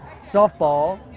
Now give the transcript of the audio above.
Softball